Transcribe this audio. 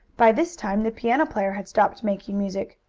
by this time the piano player had stopped making music.